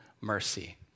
mercy